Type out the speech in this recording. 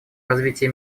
развитии